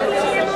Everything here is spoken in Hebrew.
זאביק,